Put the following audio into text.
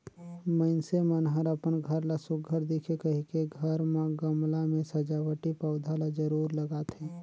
मइनसे मन हर अपन घर ला सुग्घर दिखे कहिके घर म गमला में सजावटी पउधा ल जरूर लगाथे